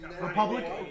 Republic